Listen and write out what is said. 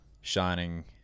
shining